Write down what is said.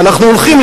ואנחנו הולכים,